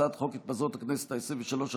הצעת חוק התפזרות הכנסת העשרים-ושלוש,